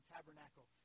Tabernacle